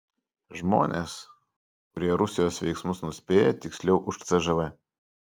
žmonės kurie rusijos veiksmus nuspėja tiksliau už cžv